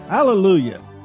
Hallelujah